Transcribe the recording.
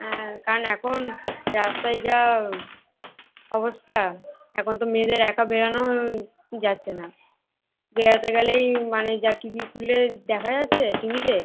হ্যাঁ কারণ এখন রাস্তায় যা অবস্থা এখন তো মেয়েদের একা বেরানোও যাচ্ছে না বেরাতে গেলেই মানে যা টিভি খুলে দেখা যাচ্ছে টিভিতে